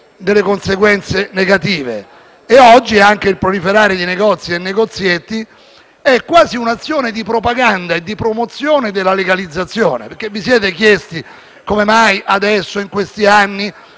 delle conseguenze negative e oggi il proliferare di negozi e negozietti è quasi un'azione di propaganda e promozione della legalizzazione. Vi siete chiesti come mai, negli ultimi anni,